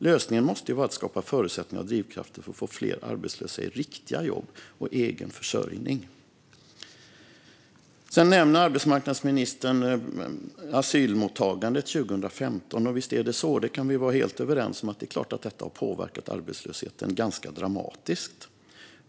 Lösningen måste ju vara att skapa förutsättningar och drivkrafter för att få fler arbetslösa i riktiga jobb och egen försörjning. Sedan nämner arbetsmarknadsministern asylmottagandet 2015, och visst kan vi vara helt överens om att detta har påverkat arbetslösheten ganska dramatiskt.